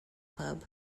club